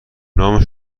نام